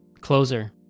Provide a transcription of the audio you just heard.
closer